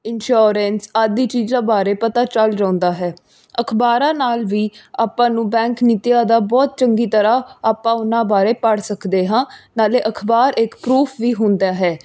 insurance ਆਦਿ ਚੀਜ਼ਾਂ ਬਾਰੇ ਪਤਾ ਚੱਲ ਜਾਂਦਾ ਹੈ ਅਖਬਾਰਾਂ ਨਾਲ ਵੀ ਆਪਾਂ ਨੂੰ ਬੈਂਕ ਨੀਤੀਆਂ ਦਾ ਬਹੁਤ ਚੰਗੀ ਤਰ੍ਹਾਂ ਆਪਾਂ ਉਹਨਾਂ ਬਾਰੇ ਪੜ੍ਹ ਸਕਦੇ ਹਾਂ ਨਾਲ ਅਖਬਾਰ ਇੱਕ ਪਰੂਫ ਵੀ ਹੁੰਦਾ ਹੈ